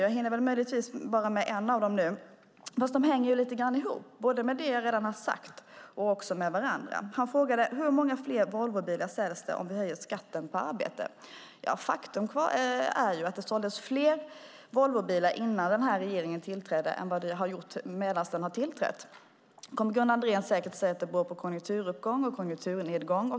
Jag hinner möjligen bara svara på den ena av dem nu, men de hänger lite grann ihop både med det jag redan har sagt och med varandra. Han frågade hur många fler Volvobilar det säljs om vi höjer skatten på arbete. Faktum är att det såldes fler Volvobilar innan den nuvarande regeringen tillträdde än tiden därefter. Nu kommer Gunnar Andrén säkert att säga att det beror på konjunkturuppgång och konjunkturnedgång.